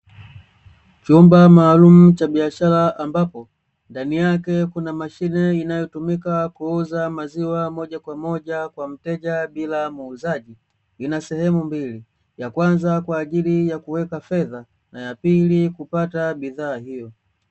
Chumba maalumu cha biashara ambapo, ndani yake kuna mashine inayotumika kuuza maziwa moja kwa moja kwa mteja bila muuzaji. Ina sehemu mbili ya kwanza kwa ajili ya kuweka fedha na ya pili kupata bidhaa hiyo.